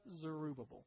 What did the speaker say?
Zerubbabel